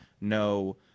no